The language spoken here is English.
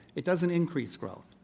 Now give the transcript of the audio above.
it doesn't increase growth.